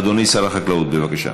אדוני שר החקלאות, בבקשה.